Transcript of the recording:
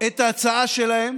את ההצעה שלהם